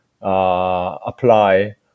apply